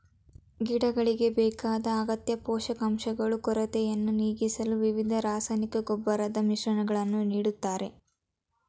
ಗಿಡಗಳಿಗೆ ಬೇಕಾದ ಅಗತ್ಯ ಪೋಷಕಾಂಶಗಳು ಕೊರತೆಯನ್ನು ನೀಗಿಸಲು ವಿವಿಧ ರಾಸಾಯನಿಕ ಗೊಬ್ಬರದ ಮಿಶ್ರಣಗಳನ್ನು ನೀಡ್ತಾರೆ